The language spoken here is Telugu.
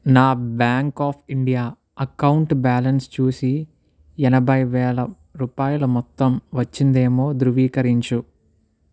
నా bank of India account balance చూసి యేనభై వేల రూపాయల మొత్తం వచ్చిందేమో ధృవీకరించు